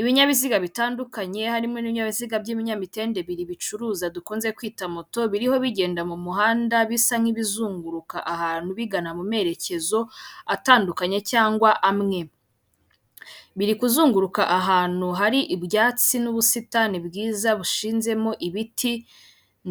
Ibinyabiziga bitandukanye, harimo' ibinyabiziga by'ibinyamitende bicuruza dukunze kwita moto biriho bigenda mu muhanda bisa nk'ibizunguruka ahantu bigana mu merekezo atandukanye cyangwa amwe, biri kuzunguruka ahantu hari ibyatsi n'ubusitani bwiza bushinzemo ibiti